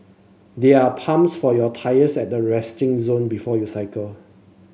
there are pumps for your tyres at the resting zone before you cycle